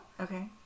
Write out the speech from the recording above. okay